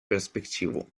перспективу